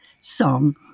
song